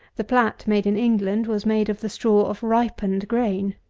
the plat made in england was made of the straw of ripened grain.